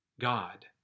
God